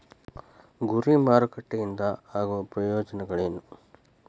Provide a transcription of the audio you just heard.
ಗುರಿ ಮಾರಕಟ್ಟೆ ಇಂದ ಆಗೋ ಪ್ರಯೋಜನಗಳೇನ